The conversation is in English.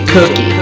Cookie